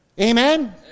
Amen